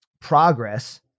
progress